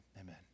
amen